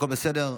הכול בסדר?